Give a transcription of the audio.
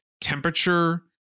temperature